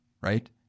Right